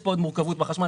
חינם.